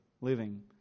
living